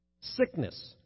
sickness